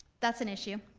that's an issue.